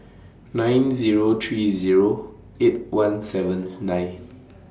nine Zero three Zero eight one seven nine